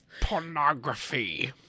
Pornography